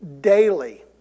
daily